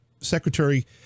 Secretary